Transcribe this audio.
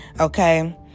Okay